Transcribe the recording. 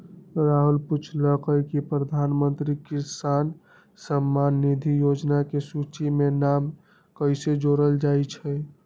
राहुल पूछलकई कि प्रधानमंत्री किसान सम्मान निधि योजना के सूची में नाम कईसे जोरल जाई छई